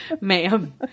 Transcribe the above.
ma'am